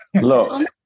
Look